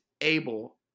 able